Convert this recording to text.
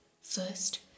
First